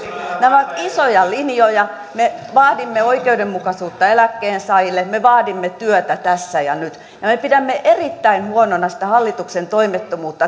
nämä ovat isoja linjoja me vaadimme oikeudenmukaisuutta eläkkeensaajille me vaadimme työtä tässä ja nyt ja me pidämme erittäin huonona sitä hallituksen toimettomuutta